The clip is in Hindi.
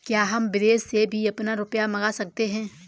क्या हम विदेश से भी अपना रुपया मंगा सकते हैं?